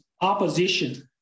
opposition